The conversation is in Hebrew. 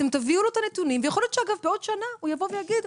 אתם תביאו לו את הנתונים ויכול להיות שאגב בעוד שנה הוא יבוא ויגיד,